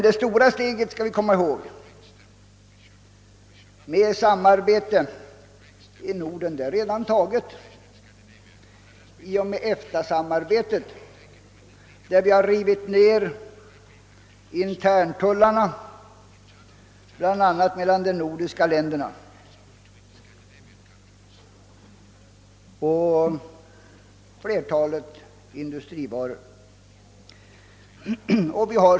Det stora steget — det skall vi komma ihåg — mot ett vidgat samarbete i Norden är dock redan taget i och med EFTA-samarbetet. Vi har bl.a. rivit ned interntullarna mellan de nordiska länderna på flertalet industrivaror.